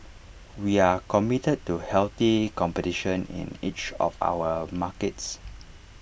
we are committed to healthy competition in each of our markets